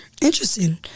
Interesting